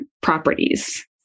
properties